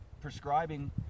prescribing